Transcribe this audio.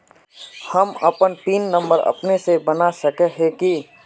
हम अपन pin number अपने से बना सके है की?